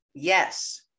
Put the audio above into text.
Yes